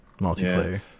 multiplayer